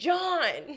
John